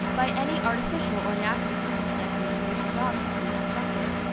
by any artificial or natural circumstances to which the dog has been subjected.